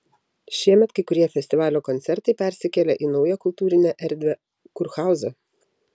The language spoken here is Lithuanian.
šiemet kai kurie festivalio koncertai persikėlė į naują kultūrinę erdvę kurhauzą